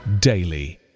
daily